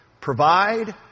Provide